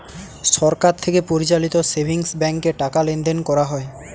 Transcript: সরকার থেকে পরিচালিত সেভিংস ব্যাঙ্কে টাকা লেনদেন করা হয়